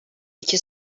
iki